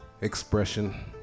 expression